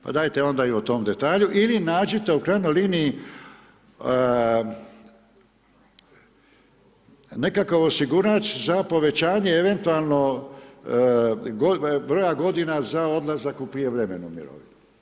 Pa dajte onda i o tom detalju, ili nađite u krajnjoj liniji nekakav osigurač za povećanje eventualno broja godina za odlazak u prijevremenu mirovinu.